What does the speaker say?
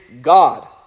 God